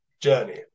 journey